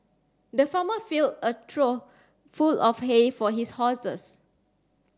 the farmer filled a trough full of hay for his horses